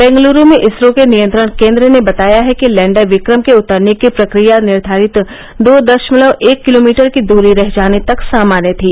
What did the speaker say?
बेंगलूरू में इसरो के नियंत्रण केन्द्र ने बताया है कि लैंडर विक्रम के उतरने की प्रक्रिया निर्धारित दो दशमलव एक किलोमीटर की दूरी रह जाने तक सामान्य थी